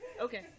Okay